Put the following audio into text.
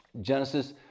Genesis